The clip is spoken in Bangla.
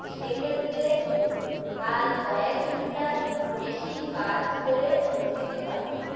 সেক্ষেত্রে কাল কয়েক ঘণ্টা বেশি কাজ করে দিতে পারবে